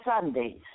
Sundays